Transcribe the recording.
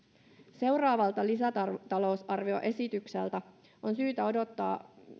seuraavalta lisätalousarvioesitykseltä on syytä odottaa